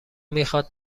میخواد